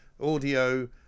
audio